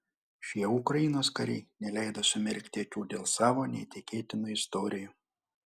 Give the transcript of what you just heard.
šie ukrainos kariai neleido sumerkti akių dėl savo neįtikėtinų istorijų